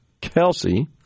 kelsey